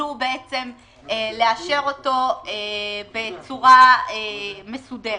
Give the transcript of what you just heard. שתוכלו לאשר אותו בצורה מסודרת.